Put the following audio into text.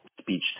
speech